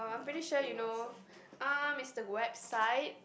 I'm pretty sure you know um it's the website